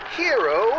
hero